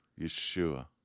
Yeshua